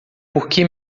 porque